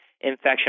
infection